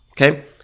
Okay